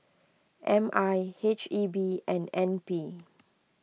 M I H E B and N P